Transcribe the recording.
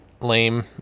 lame